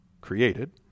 created